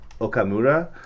Okamura